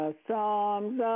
psalms